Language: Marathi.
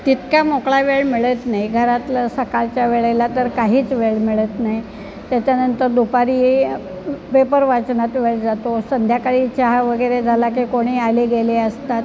तितका मोकळा वेळ मिळत नाही घरातलं सकाळच्या वेळेला तर काहीच वेळ मिळत नाही त्याच्यानंतर दुपारी पेपर वाचनात वेळ जातो संध्याकाळी चहा वगैरे झाला की कोणी आले गेले असतात